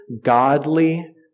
godly